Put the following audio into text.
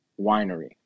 winery